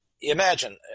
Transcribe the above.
Imagine